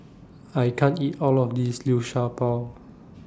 I can't eat All of This Liu Sha Bao